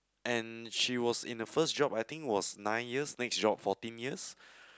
and she was in the first job I think was nine years next job fourteen years